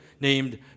named